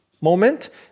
moment